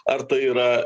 ar tai yra